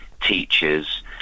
teachers